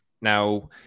Now